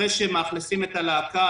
אחרי שמאכלסים את הלהקה,